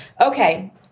Okay